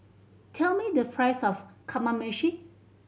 tell me the price of Kamameshi